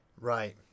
Right